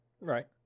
Right